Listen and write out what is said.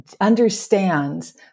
understands